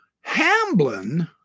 Hamblin